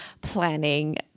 planning